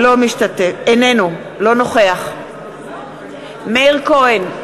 אינו נוכח מאיר כהן,